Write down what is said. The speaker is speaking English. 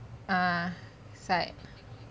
ah side